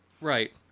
Right